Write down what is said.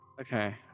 Okay